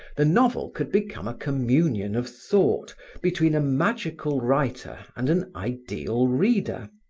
the novel could become a communion of thought between a magical writer and an ideal reader,